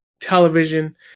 television